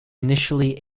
initially